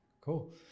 Cool